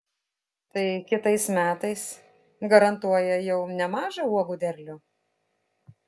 tai kitais metais garantuoja jau nemažą uogų derlių